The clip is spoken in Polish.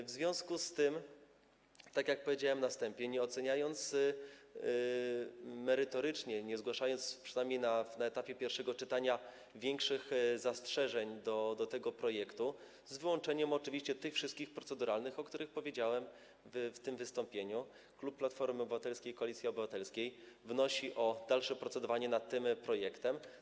W związku z tym, tak jak powiedziałem na wstępie, nie oceniając merytorycznie, nie zgłaszając przynajmniej na etapie pierwszego czytania większych zastrzeżeń do tego projektu, z wyłączeniem oczywiście tych wszystkich proceduralnych, o których powiedziałem w tym wystąpieniu, Klub Platformy Obywatelskiej - Koalicji Obywatelskiej wnosi o dalsze procedowanie nad tym projektem.